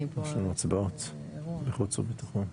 לנו הצבעות בחוץ וביטחון.